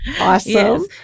Awesome